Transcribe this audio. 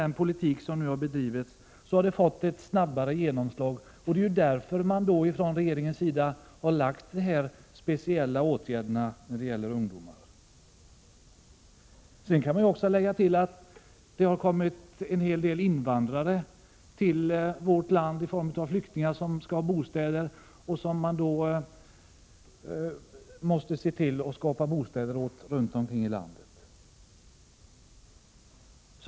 Den politik som nu har bedrivits har fått ett snabbt genomslag, och det är därför som regeringen har föreslagit de speciella åtgärderna för ungdomar. Till detta kan läggas att vi för en del invandrare som kommit som flyktingar till vårt land behöver ordna med bostäder runt om i landet.